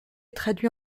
traduit